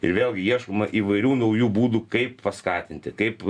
ir vėlgi ieškoma įvairių naujų būdų kaip paskatinti kaip